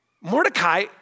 Mordecai